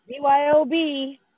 BYOB